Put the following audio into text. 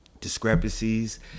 discrepancies